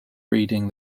reading